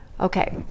Okay